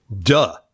Duh